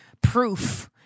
proof